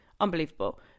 unbelievable